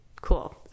Cool